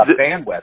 bandwidth